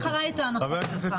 אל תניח עליי את ההנחות שלך.